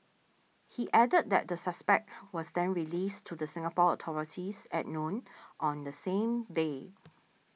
he added that the suspect was then released to the Singapore authorities at noon on the same day